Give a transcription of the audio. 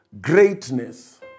greatness